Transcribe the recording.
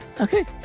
Okay